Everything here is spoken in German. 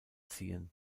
ziehen